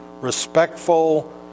respectful